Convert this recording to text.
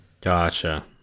Gotcha